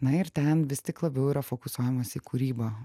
na ir ten vis tik labiau yra fokusuojamsi į kūryba